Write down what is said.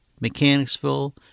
Mechanicsville